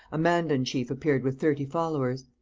a mandan chief appeared with thirty followers.